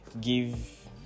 give